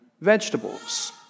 vegetables